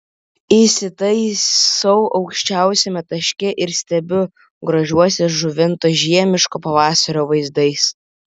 įsitaisau aukščiausiame taške ir stebiu grožiuosi žuvinto žiemiško pavasario vaizdais